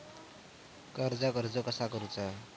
कर्जाक अर्ज कसा करुचा?